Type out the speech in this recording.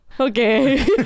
Okay